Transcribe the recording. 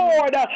Lord